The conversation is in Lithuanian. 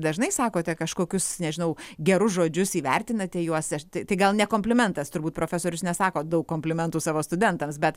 dažnai sakote kažkokius nežinau gerus žodžius įvertinate juos aš tai gal ne komplimentas turbūt profesorius nesako daug komplimentų savo studentams bet